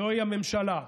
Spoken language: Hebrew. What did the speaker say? זוהי הממשלה,